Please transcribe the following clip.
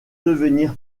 devenir